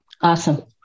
awesome